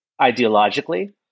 ideologically